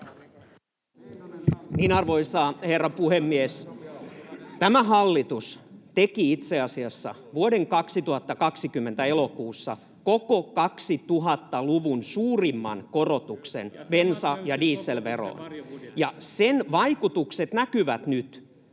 hyvä. Arvoisa herra puhemies! Tämä hallitus teki itse asiassa vuoden 2020 elokuussa koko 2000-luvun suurimman korotuksen bensa‑ ja dieselveroon, ja sen vaikutukset näkyvät nyt.